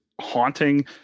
haunting